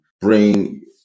bring